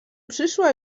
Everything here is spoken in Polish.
przyszła